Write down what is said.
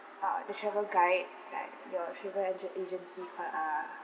uh the travel guide that your travel age~ agency got uh